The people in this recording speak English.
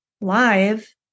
live